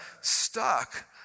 stuck